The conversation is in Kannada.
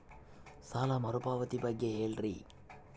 ಸಾಲ ಮರುಪಾವತಿ ಬಗ್ಗೆ ಹೇಳ್ರಿ?